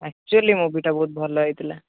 actually ମୁଭିଟା ବହୁତ ଭଲ ହୋଇଥିଲା